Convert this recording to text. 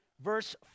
verse